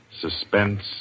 suspense